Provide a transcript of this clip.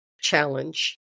challenge